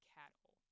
cattle